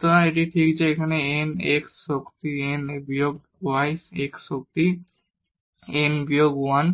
সুতরাং এটি ঠিক এখানে n x পাওয়ার n এবং বিয়োগ y x পাওয়ার n বিয়োগ 1